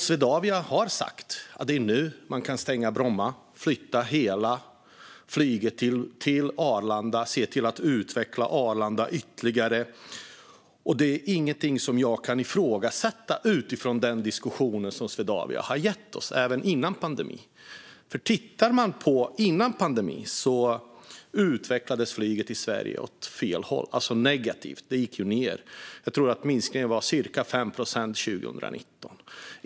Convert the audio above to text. Swedavia har sagt att det är nu man kan stänga Bromma och flytta hela flyget till Arlanda och se till att utveckla Arlanda ytterligare. Det är ingenting som jag kan ifrågasätta utifrån den diskussion som Swedavia har gett oss även innan pandemin. Före pandemin utvecklades flyget i Sverige åt fel håll, alltså negativt. Det gick ned. Jag tror att minskningen var cirka 5 procent 2019.